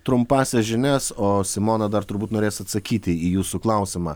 trumpąsias žinias o simona dar turbūt norės atsakyti į jūsų klausimą